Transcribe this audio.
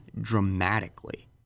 dramatically